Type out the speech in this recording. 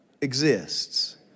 exists